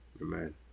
amen